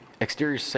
exterior